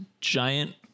giant